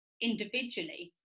individually